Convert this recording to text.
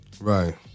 Right